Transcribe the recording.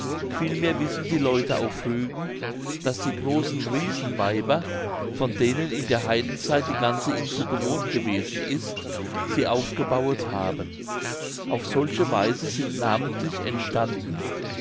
vielmehr wissen die leute auf rügen daß die großen riesenweiber von denen in der heidenzeit die ganze insel bewohnt gewesen ist sie aufgebauet haben auf solche weise sind namentlich entstanden